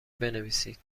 بنویسید